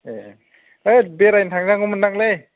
ए होद बेरायनो थांजागौमोनदांलै